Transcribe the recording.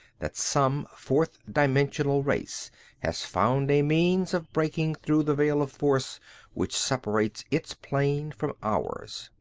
that some fourth-dimensional race has found a means of breaking through the veil of force which separates its plane from ours.